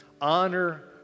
honor